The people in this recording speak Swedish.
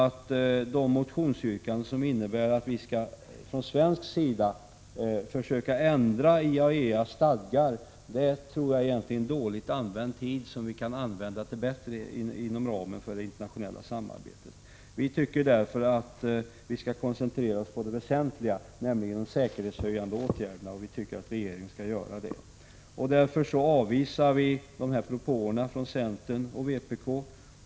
Det finns motionsyrkanden om att vi skall från svensk sida försöka ändra IAEA:s stadgar, men jag tror att det är dåligt använd tid som kan utnyttjas bättre inom ramen för det internationella samarbetet. Näringsutskottets majoritet tycker att vi skall koncentrera oss på det väsentliga, nämligen de säkerhetshöjande åtgärderna, och vi tycker att regeringen skall göra det. Därför avvisar vi propåerna från centern och vpk.